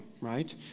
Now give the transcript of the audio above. right